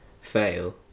fail